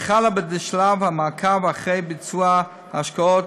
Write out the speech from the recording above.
וכלה בשלב המעקב אחר ביצועי ההשקעות